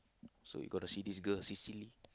so you got to see this girl Sicily